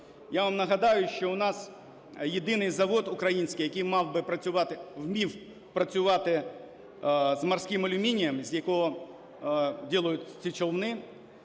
Я вам нагадаю, що у нас єдиний завод український, який вмів працювати з морським алюмінієм, з якого роблять ці човни